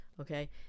Okay